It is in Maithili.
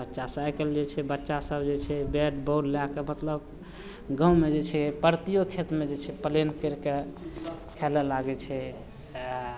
बच्चासभ आइ काल्हि जे छै बच्चासभ जे छै बैट बॉल लए कऽ मतलब गाँवमे जे छै पड़तीओ खेतमे जे छै पलेन करि कऽ खेलय लागै छै आ